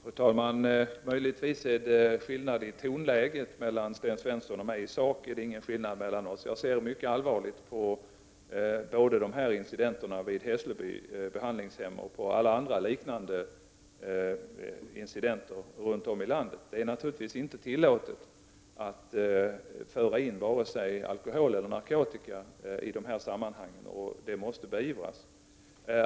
Fru talman! Möjligtvis är det en skillnad i tonläge mellan Sten Svensson och mig, men i sak är det ingen skillnad mellan oss. Jag ser mycket allvarligt på både incidenterna vid Hessleby behandlingshem och alla andra liknande incidenter runt om i landet. Det är naturligtvis inte tillåtet att föra in vare sig alkohol eller narkotika, och det måste beivras.